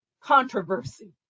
controversy